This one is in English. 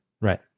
Right